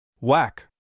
Whack